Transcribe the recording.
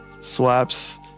swaps